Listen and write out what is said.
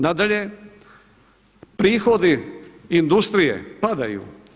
Nadalje, prihodi industrije padaju.